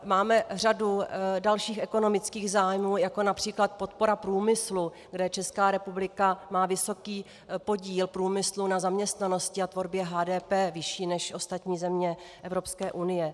Máme řadu dalších ekonomických zájmů, jako například podpora průmyslu, kde Česká republika má vysoký podíl průmyslu na zaměstnanosti a tvorbě HDP, vyšší než ostatní země Evropské unie.